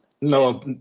no